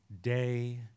day